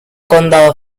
condado